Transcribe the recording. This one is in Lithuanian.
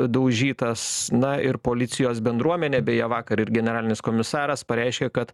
daužytas na ir policijos bendruomenė beje vakar ir generalinis komisaras pareiškė kad